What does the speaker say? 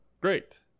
great